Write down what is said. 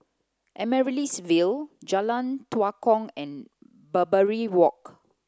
Amaryllis Ville Jalan Tua Kong and Barbary Walk